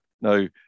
now